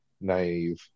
naive